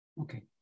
Okay